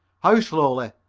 how slowly?